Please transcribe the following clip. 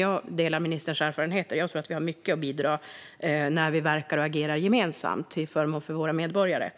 Jag delar ministerns erfarenheter, och jag tror att vi har mycket att bidra med när vi verkar och agerar gemensamt för att utveckla våra länder till förmån för våra medborgare.